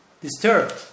disturbed